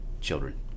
children